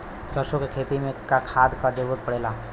सरसो के खेती में का खाद क जरूरत पड़ेला?